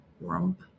rump